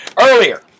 Earlier